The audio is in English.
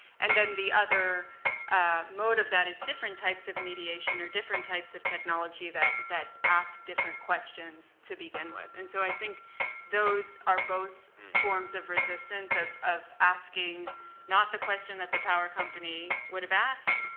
and then the other ah mode of that is different types of mediation or different types of technology that that ask different questions to begin with. and so i think those are both forms of resistance, of of asking not the question that the power company would have asked,